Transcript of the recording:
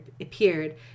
appeared